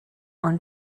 ond